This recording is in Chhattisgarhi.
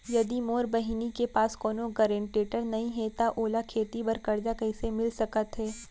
यदि मोर बहिनी के पास कोनो गरेंटेटर नई हे त ओला खेती बर कर्जा कईसे मिल सकत हे?